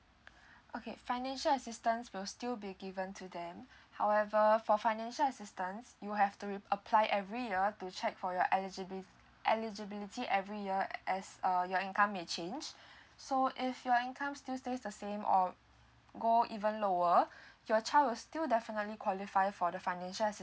okay financial assistance will still be given to them however for financial assistance you have to re~ apply every year to check for your eligibility eligibility every year as err your income may changed so if your income still stays the same or go even lower your child will still definitely qualify for the financial assistance